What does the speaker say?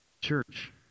church